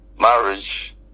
Marriage